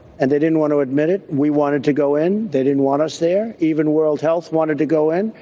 and they didn't wanna admit it. we wanted to go in, they didn't want us there. even world health wanted to go in,